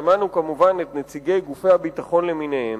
שמענו כמובן את נציגי גופי הביטחון למיניהם,